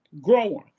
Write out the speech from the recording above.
Growing